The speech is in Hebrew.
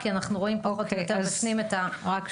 כי אנחנו רואים פחות או יותר בפנים את הנקודות.